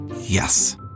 yes